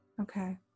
Okay